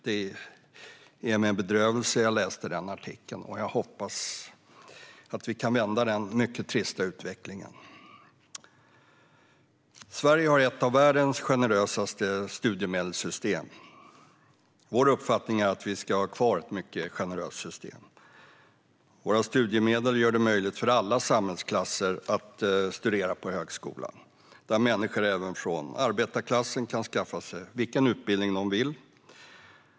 Det var med bedrövelse jag läste artikeln, och jag hoppas att vi kan vända denna mycket trista utveckling. Sverige har ett av världens mest generösa studiemedelssystem, och vår uppfattning är att vi ska ha kvar ett mycket generöst system. Studiemedlen gör det möjligt för alla samhällsklasser att studera på högskolan, där även människor från arbetarklassen kan skaffa sig vilken utbildning de vill.